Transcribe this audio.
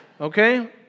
Okay